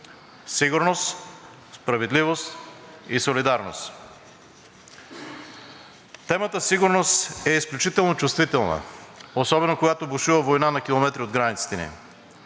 сигурност, справедливост и солидарност. Темата сигурност е изключително чувствителна, особено когато бушува война на километри от границите ни.